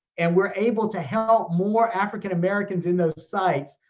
and we're able to help more african americans in those sites.